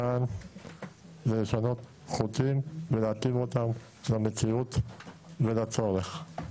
לשנות חוקים ולהתאים אותם למציאות ולצורך.